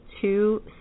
two